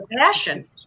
passion